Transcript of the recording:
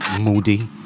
moody